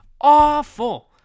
Awful